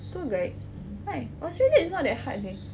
tour guide why australia is not that hard seh